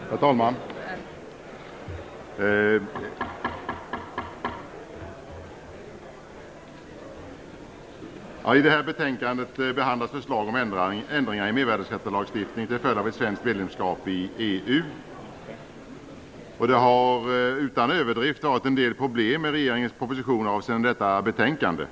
Herr talman! I det här betänkandet behandlas förslag till ändringar i mervärdesskattelagstiftningen till följd av ett svenskt medlemskap i EU. Det har utan överdrift varit en del problem med regeringens proposition avseende detta betänkande.